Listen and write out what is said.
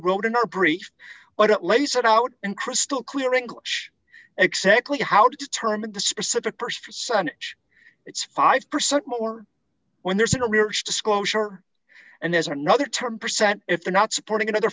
wrote in our brief but it lays it out in crystal clear english except lee how to determine the specific percentage it's five percent more when there's an disclosure and there's another term percent if they're not supporting another